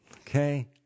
Okay